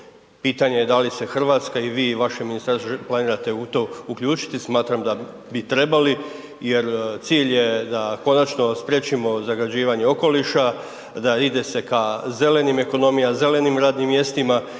Pitanje da li se Hrvatska i vi i vaše ministarstvo planirate u to uključiti, smatram da bi trebali jer cilj je da konačno spriječimo zagađivanje okoliša, da ide se ka zelenim ekonomijama, zelenim radnim mjestima